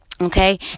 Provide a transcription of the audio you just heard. okay